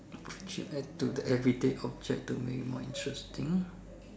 could you add to an everyday object to make more interesting